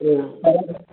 हा